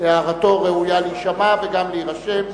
הערתו ראויה להישמע וגם להירשם.